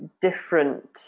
different